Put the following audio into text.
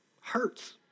hurts